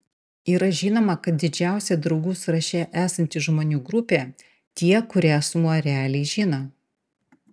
yra žinoma kad didžiausia draugų sąraše esanti žmonių grupė tie kurią asmuo realiai žino